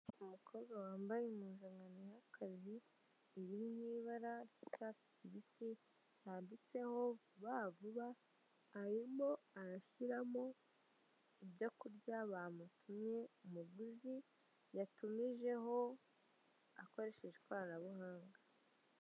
Umukobwa wambaye impuzankano y'akazi iri mu bara ry'icyatsi kibisi, handitseho Vuba vuba, arimo arashyiramo ibyo kurya bamutumye, umuguzi yatumijeho akoresheje ikoranabuhanga.